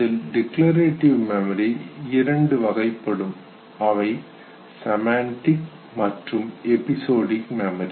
அதில் declarative memory இரண்டு வகைப்படும் அவை செமண்டிக் மற்றும் எபிசோடிக் மெமரி